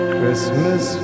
Christmas